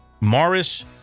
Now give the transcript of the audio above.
Morris